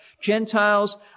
Gentiles